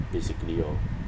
basically lor